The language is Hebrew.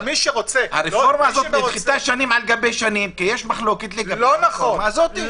הרפורמה הזאת נדחתה שנים על שנים כי יש מחלוקת ברפורמה הזאת.